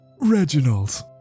Reginald